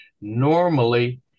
normally